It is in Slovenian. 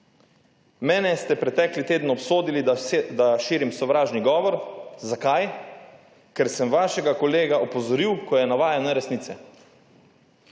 Mene ste pretekli teden obsodili, da širim sovražni govor – zakaj? -, ker sem vašega kolega opozoril, ko je navajen neresnice.